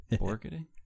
Marketing